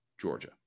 Georgia